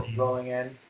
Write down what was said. rolling in.